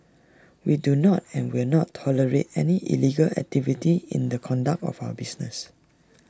we do not and will not tolerate any illegal activity in the conduct of our business